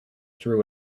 through